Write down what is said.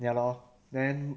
ya lor